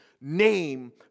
name